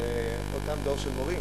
אותם דור של מורים,